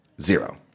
Zero